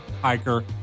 hiker